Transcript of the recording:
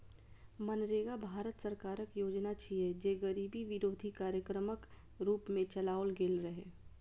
मनरेगा भारत सरकारक योजना छियै, जे गरीबी विरोधी कार्यक्रमक रूप मे चलाओल गेल रहै